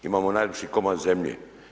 Imamo najljepši komad zemlje.